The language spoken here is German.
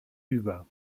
über